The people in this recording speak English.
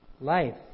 life